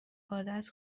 عادت